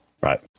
Right